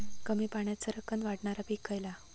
कमी पाण्यात सरक्कन वाढणारा पीक खयला?